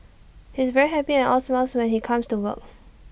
he's very happy and all smiles when he comes to work